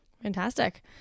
Fantastic